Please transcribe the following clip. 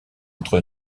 entre